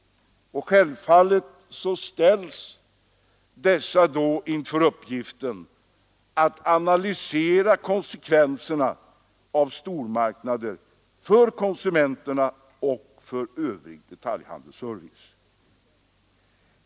Självfallet ställs dessa då inför uppgiften att analysera konsekvenserna av stormarknader för konsumenterna och för övrig detaljhandelsservice.